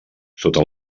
sota